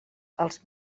els